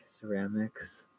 Ceramics